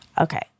Okay